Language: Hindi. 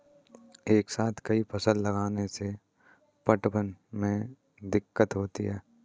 एक साथ कई फसल लगाने से पटवन में दिक्कत होती है